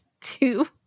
two